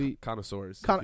Connoisseurs